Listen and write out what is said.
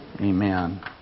Amen